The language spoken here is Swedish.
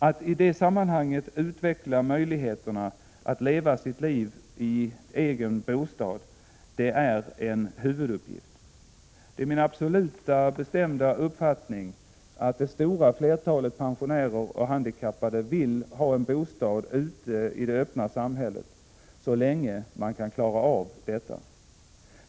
Att i det sammanhanget utveckla möjligheterna att leva sitt liv i egen bostad är en huvuduppgift. Det är min absolut bestämda uppfattning att det stora flertalet pensionärer och handikappade vill ha en bostad ute i det öppna samhället så länge de kan klara av ett sådant boende.